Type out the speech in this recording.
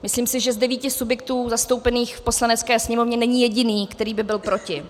Myslím si, že z devíti subjektů zastoupených v Poslanecké sněmovně není jediný, který by byl proti.